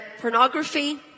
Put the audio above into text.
pornography